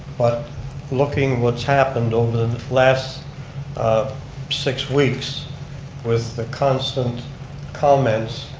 but looking what's happened over the last um six weeks with the constant comments,